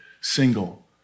single